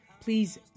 please